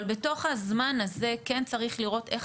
אבל בתוך הזמן הזה כן צריך לראות איך